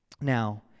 Now